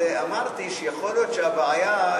אמרתי שיכול להיות שהבעיה,